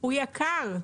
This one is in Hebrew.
הוא יקר,